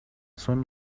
son